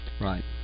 Right